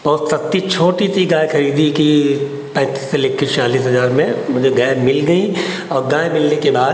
बहुत सस्ती छोटी सी गाय खरीदी कि पैंतीस से लेके चालीस हज़ार में मुझे गाय मिल गई और गाय मिलने के बाद